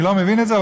אני לא מבין את זה,